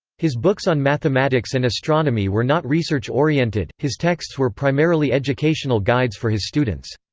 his books on mathematics and astronomy were not research-oriented his texts were primarily educational guides for his students.